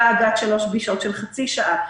גג עד שלוש פגישות של חצי שעה.